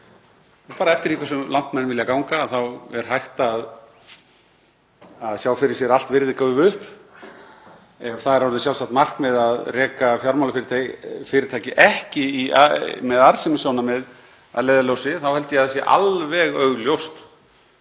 Bara eftir því hversu langt menn vilja ganga er hægt að sjá fyrir sér allt virði gufi upp. Ef það er orðið sérstakt markmið að reka fjármálafyrirtæki ekki með arðsemissjónarmið að leiðarljósi þá held ég að það sé alveg augljóst